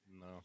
No